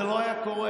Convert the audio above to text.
זה לא היה קורה.